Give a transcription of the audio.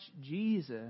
Jesus